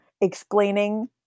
explaining